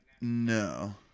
no